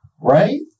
right